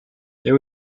there